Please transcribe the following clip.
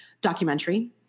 documentary